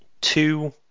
two